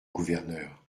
gouverneur